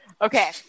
Okay